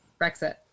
Brexit